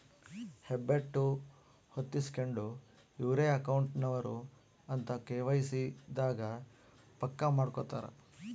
ಹೆಬ್ಬೆಟ್ಟು ಹೊತ್ತಿಸ್ಕೆಂಡು ಇವ್ರೆ ಅಕೌಂಟ್ ನವರು ಅಂತ ಕೆ.ವೈ.ಸಿ ದಾಗ ಪಕ್ಕ ಮಾಡ್ಕೊತರ